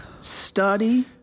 study